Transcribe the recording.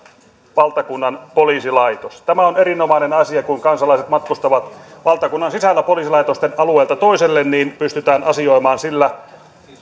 valtakunnan poliisilaitos tämä on erinomainen asia kun kansalaiset matkustavat valtakunnan sisällä yhden poliisilaitoksen alueelta toisen alueelle niin pystytään asioimaan sillä